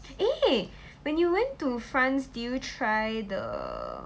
eh when you went to france did you try the